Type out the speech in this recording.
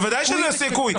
בוודאי שיש סיכוי.